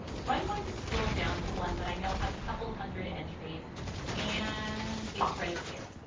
so i'm going to scroll down to one that i know has a couple hundred entries and. it's right here.